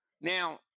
Now